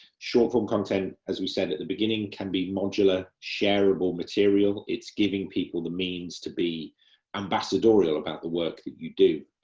short form content, as we said at the beginning, can be modular, shareable material, it's giving people means to be ambassadorial about the work that you do,